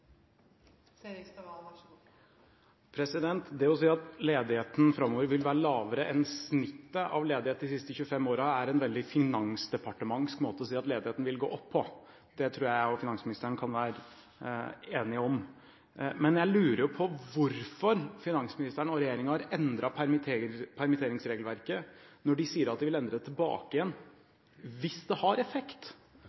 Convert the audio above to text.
en veldig «finansdepartementsmåte» å si at ledigheten vil gå opp på. Det tror jeg jeg og finansministeren kan være enige om. Men jeg lurer jo på hvorfor finansministeren og regjeringen har endret permitteringsregelverket når de sier at de vil endre det tilbake igjen,